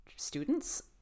Students